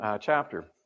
chapter